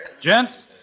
Gents